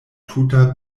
tuta